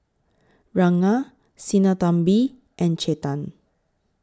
Ranga Sinnathamby and Chetan